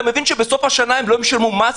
אתה מבין שבסוף השנה הם לא ישלמו מס,